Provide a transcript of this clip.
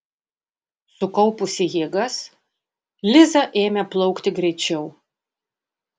sukaupusi jėgas liza ėmė plaukti greičiau